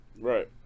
right